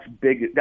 big